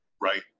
Right